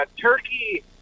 turkey